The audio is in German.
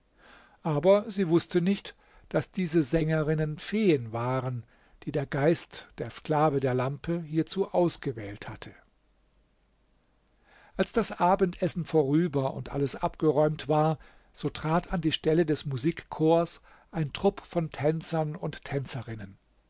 aber sie wußte nicht daß diese sängerinnen feen waren die der geist der sklave der lampe hierzu ausgewählt hatte als das abendessen vorüber und alles abgeräumt war so trat an die stelle des musikchors ein trupp von tänzern und tänzerinnen